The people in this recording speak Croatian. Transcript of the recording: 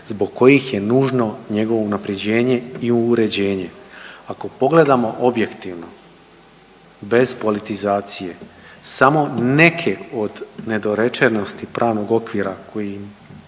zbog kojih je nužno njegovo unapređenje i uređenje. Ako pogledamo objektivno bez politizacije samo neke od nedorečenosti pravnog okvira koji